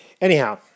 Anyhow